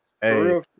Hey